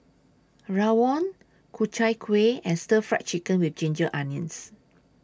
Rawon Ku Chai Kueh and Stir Fried Chicken with Ginger Onions